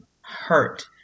Hurt